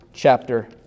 Chapter